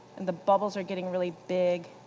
and the bubbles are getting really big,